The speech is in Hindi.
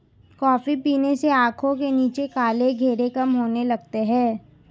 कॉफी पीने से आंखों के नीचे काले घेरे कम होने लगते हैं